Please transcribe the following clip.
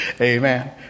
amen